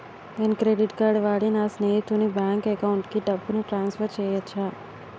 నేను credit card వాడి నా స్నేహితుని బ్యాంక్ అకౌంట్ కి డబ్బును ట్రాన్సఫర్ చేయచ్చా?